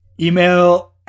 email